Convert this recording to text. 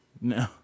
No